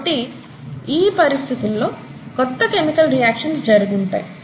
కాబట్టి ఈ పరిస్థితుల్లో కొత్త కెమికల్ రి యాక్షన్స్ జరిగి ఉంటాయి